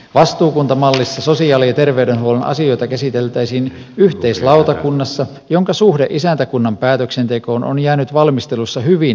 vastuukuntamallissa sosiaali ja terveydenhuollon asioita käsiteltäisiin yhteislautakunnassa jonka suhde isäntäkunnan päätöksentekoon on jäänyt valmistelussa hyvin epäselväksi